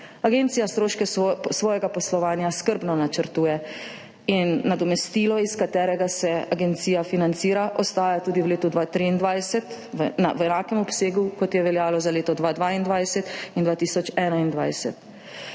Agencija stroške svojega poslovanja skrbno načrtuje in nadomestilo, iz katerega se agencija financira, ostaja tudi v letu 2023 v enakem obsegu kot je veljalo za leto 2022 in 2021.